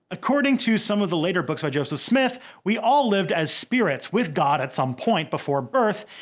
according to some of the later books by joseph smith, we all lived as spirits with god at some point before birth,